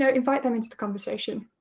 yeah invite them into the conversation,